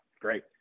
Great